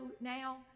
now